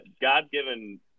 God-given